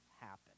happen